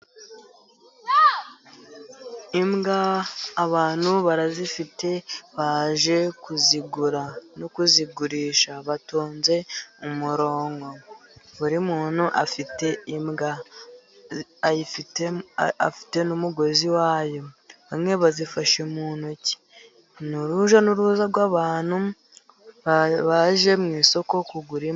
Imbwa abantu barazifite, baje kuzigura no kuzigurisha. Batonze umurongo. Buri muntu afite imbwa. Afite n'umugozi wayo. Bamwe bazifashe mu ntoki. Ni urujya n'uruza rw'abantu baje mu isoko kugura imbwa.